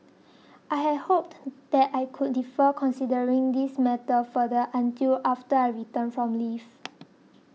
I had hoped that I could defer considering this matter further until after I return from leave